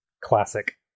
Classic